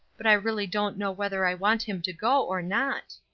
but i really don't know whether i want him to go or not.